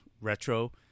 retro